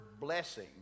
blessing